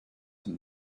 him